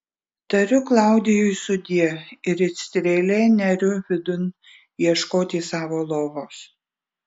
tariu klaudijui sudie ir it strėlė neriu vidun ieškoti savo lovos